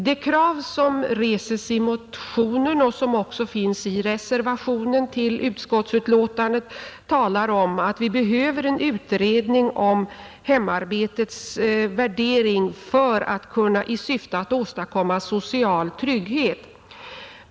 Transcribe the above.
De krav som reses i motionen och som också finns i reservationen till utskottsbetänkandet går ut på att vi behöver en utredning om hemarbetets värdering i syfte att åstadkomma social trygghet.